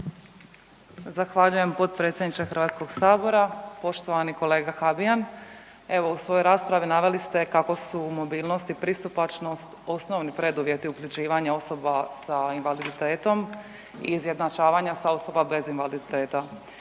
Zahvaljujem potpredsjedniče Hrvatskog sabora. Poštovani kolega Habijan, evo u svojoj raspravi naveli ste kao su mobilnost i pristupačnost osnovni preduvjeti uključivanja osoba sa invaliditetom i izjednačavanja sa osobama bez invaliditeta.